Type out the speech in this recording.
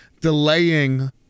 delaying